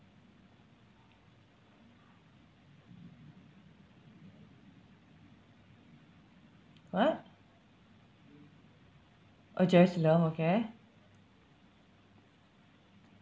what oh jerusalem okay